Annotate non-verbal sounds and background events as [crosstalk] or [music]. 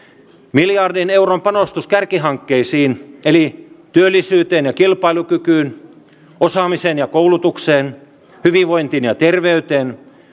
miljardin euron panostus kärkihankkeisiin eli työllisyyteen ja kilpailukykyyn osaamiseen ja koulutukseen hyvinvointiin ja terveyteen [unintelligible]